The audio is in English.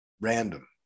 random